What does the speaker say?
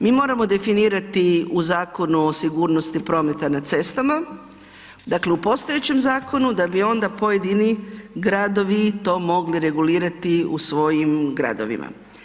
Mi moramo definirati u Zakonu o sigurnosti prometa na cestama, dakle u postojećem zakonu, da bi onda pojedini gradovi to mogli regulirati u svojim gradovima.